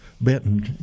Benton